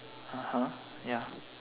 (uh huh) ya